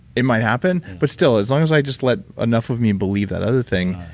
it might happen but still, as long as i just let enough of me believe that other thing.